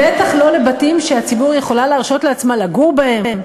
בטח לא לבתים שהציבור יכולה להרשות לעצמה לגור בהם.